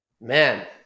Man